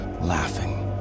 laughing